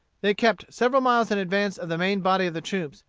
they kept several miles in advance of the main body of the troops,